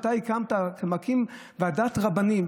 כשאתה מקים ועדת רבנים,